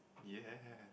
ya